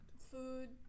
food